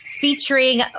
featuring